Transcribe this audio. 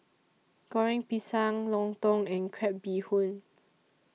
Goreng Pisang Lontong and Crab Bee Hoon